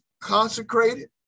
consecrated